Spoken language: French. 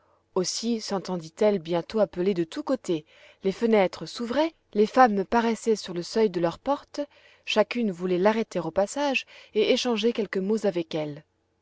aussi sentendit elle bientôt appeler de tous côtés les fenêtres s'ouvraient les femmes paraissaient sur le seuil de leur porte chacune voulait l'arrêter au passage et échanger quelques mots avec elle